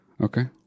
Okay